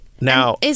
Now